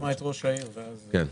נשמע את ראש העיר ואז אדבר.